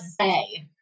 say